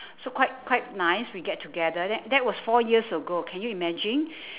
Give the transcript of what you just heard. so quite quite nice we get together that that was four years ago can you imagine